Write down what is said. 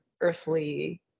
earthly